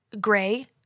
gray